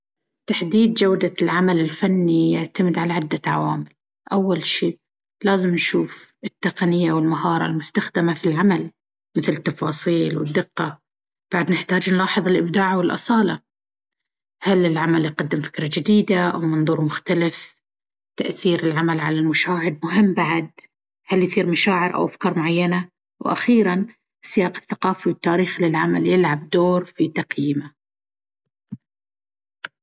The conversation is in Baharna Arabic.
تحديد جودة العمل الفني يعتمد على عدة عوامل. أول شيء، لازم نشوف التقنية والمهارة المستخدمة في العمل، مثل التفاصيل والدقة. بعد، نحتاج نلاحظ الإبداع والأصالة، هل العمل يقدم فكرة جديدة أو منظور مختلف؟ تأثير العمل على المشاهد مهم بعد، هل يثير مشاعر أو أفكار معينة؟ وأخيرًا، السياق الثقافي والتاريخي للعمل يلعب دور في تقييمه.